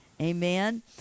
Amen